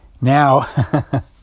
Now